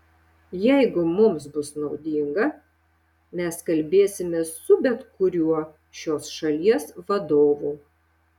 jeigu mums bus naudinga mes kalbėsimės su bet kuriuo šios šalies vadovu